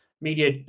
media